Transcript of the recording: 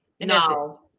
No